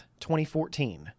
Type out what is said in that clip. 2014